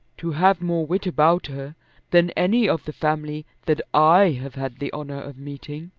to have more wit about her than any of the family that i have had the honour of meeting.